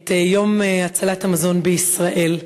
את יום הצלת המזון בישראל.